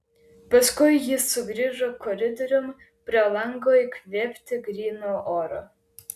paskui jis sugrįžo koridoriun prie lango įkvėpti gryno oro